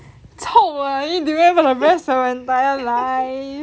臭 ah eat durian for the rest of your entire life